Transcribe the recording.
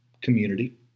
Community